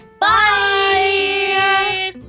Bye